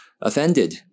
offended